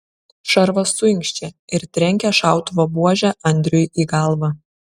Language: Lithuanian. šarvas suinkščia ir trenkia šautuvo buože andriui į galvą